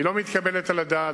היא לא מתקבלת על הדעת,